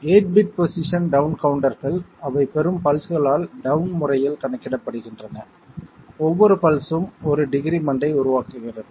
8 bit position down கவுண்டர்கள் அவை பெறும் பல்ஸ்களால் டவுன் முறையில் கணக்கிடப்படுகின்றன ஒவ்வொரு பல்ஸ்ம் ஒரு டிகிரிமெண்ட் ஐ உருவாக்குகிறது